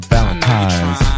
Valentine's